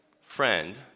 friend